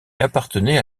appartenaient